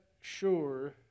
sure